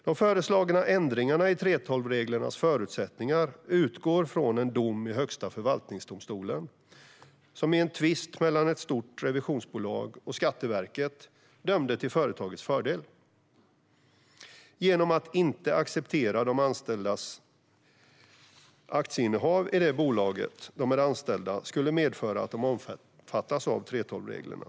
De föreslagna ändringarna i 3:12-reglernas förutsättningar utgår från en dom i Högsta förvaltningsdomstolen, som i en tvist mellan ett stort revisionsbolag och Skatteverket dömde till företagets fördel genom att inte acceptera att de anställdas aktieinnehav i det bolag där de är anställda skulle medföra att de omfattas av 3:12-reglerna.